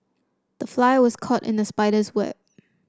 the fly was caught in the spider's web